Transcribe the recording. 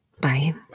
bye